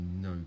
no